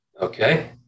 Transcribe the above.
Okay